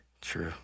True